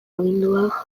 agindua